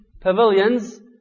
pavilions